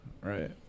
Right